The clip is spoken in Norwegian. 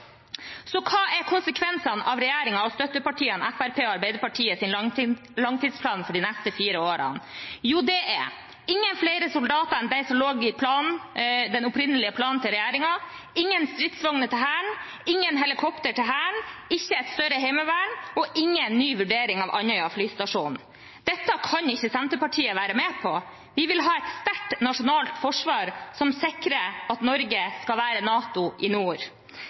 Så hva er konsekvensene av regjeringen og støttepartiene Fremskrittspartiet og Arbeiderpartiet sin langtidsplan for de neste fire årene? Jo, det er: ingen flere soldater enn det som lå i den opprinnelige planen til regjeringen ingen stridsvogner til Hæren ingen helikopter til Hæren ikke et større heimevern ingen ny vurdering av Andøya flystasjon Dette kan ikke Senterpartiet være med på. Vi vil ha et sterkt nasjonalt forsvar som sikrer at Norge skal være NATO i nord.